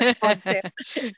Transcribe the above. concept